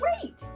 great